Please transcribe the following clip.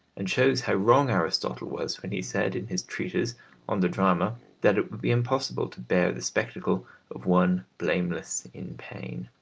and shows how wrong aristotle was when he said in his treatise on the drama that it would be impossible to bear the spectacle of one blameless in pain.